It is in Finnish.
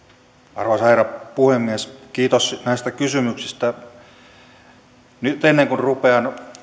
arvoisa herra puhemies kiitos näistä kysymyksistä ennen kuin rupean